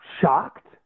shocked